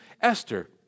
Esther